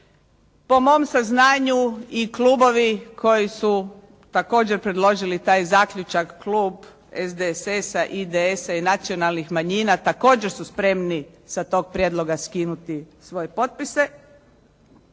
Po mom saznanju i klubovi koji su također predložili taj zaključak, klub SDSS-a, IDS-a i nacionalnih manjina također su spremni sa tog prijedloga skinuti svoje potpise